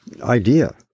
idea